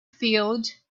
field